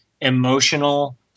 emotional